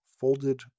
folded